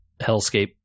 hellscape